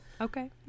okay